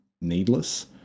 needless